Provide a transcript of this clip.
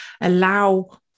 allow